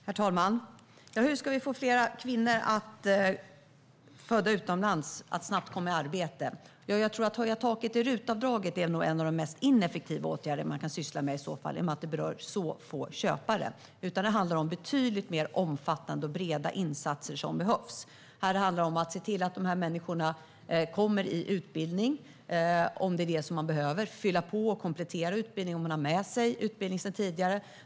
Herr talman! Hur ska vi få fler kvinnor som är födda utomlands att snabbt komma i arbete? Att höja taket i RUT-avdraget är nog en av de mest ineffektiva åtgärder som man i så fall kan syssla med, i och med att det berör så få köpare. Det är betydligt mer omfattande och breda insatser som behövs. Det handlar om att se till att dessa människor kommer i utbildning, om det är det som de behöver. Det handlar om att fylla på och komplettera utbildning om man har utbildning sedan tidigare.